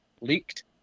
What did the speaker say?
Leaked